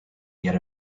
yet